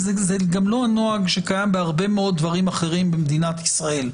זה לא הנוהג שקיים בהרבה מאוד דברים אחרים במדינת ישראל,